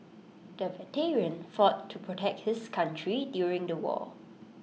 the veteran fought to protect his country during the war